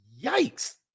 Yikes